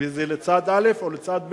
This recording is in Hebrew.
אם לצד א' או לצד ב'.